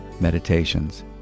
meditations